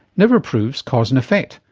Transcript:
never proves cause and effect,